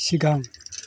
सिगां